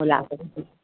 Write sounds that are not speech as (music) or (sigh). (unintelligible)